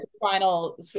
final